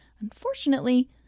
Unfortunately